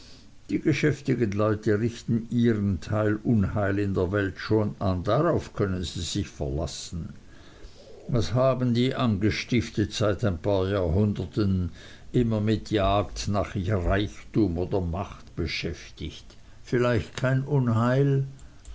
die geschäftigen leute richten ihren teil unheil in der welt schon an darauf können sie sich verlassen was haben die angestiftet seit ein paar jahrhunderten immer mit jagd nach reichtum oder macht beschäftigt vielleicht kein unheil